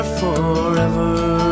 forever